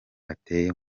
ateye